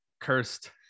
Cursed